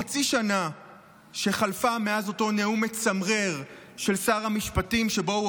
וחצי שנה חלפה מאז אותו נאום מצמרר של שר המשפטים שבו הוא